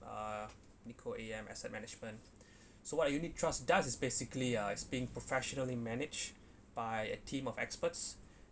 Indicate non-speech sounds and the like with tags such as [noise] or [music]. uh Nikko A_M asset management [breath] so what a unit trust does is basically uh it's being professionally managed by a team of experts